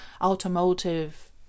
automotive